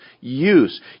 use